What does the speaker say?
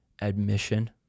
Admission